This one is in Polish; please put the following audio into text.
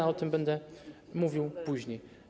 Ale o tym będę mówił później.